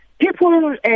People